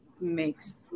makes